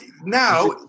Now